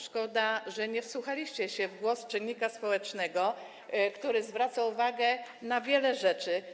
Szkoda, że nie wsłuchaliście się w głos czynnika społecznego, który zwracał uwagę na wiele rzeczy.